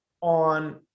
on